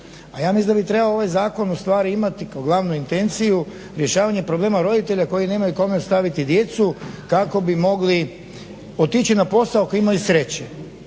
a ja mislim da bi trebao ovaj zakon ustvari imati kao glavnu intenciju rješavanje problema roditelja koji nemaju kome ostaviti djecu kako bi mogli otići na posao ako imaju sreće.